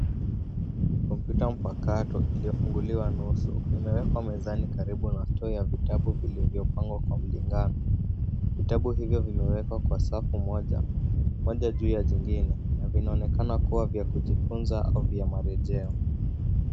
Kompyuta mpakato iliyofunguliwa nusu imewekwa mezani karibu na store ya vitabu vilivyopangwa kwa mlingano. Vitabu hivyo vimewekwa kwa safu moja, moja juu ya jingine na vinaonekana kuwa vya kujifunza au vya marejeo.